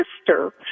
sister